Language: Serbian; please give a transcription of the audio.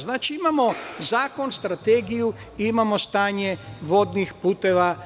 Znači, imamo zakon, strategiju, imamo stanje vodnih puteva